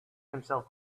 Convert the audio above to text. himself